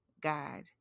God